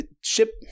ship